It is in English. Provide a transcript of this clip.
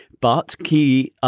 but key, ah